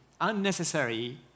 unnecessary